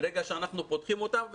ברגע שאנחנו פותחים אותם,